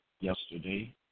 yesterday